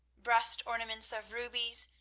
breast ornaments of rubies,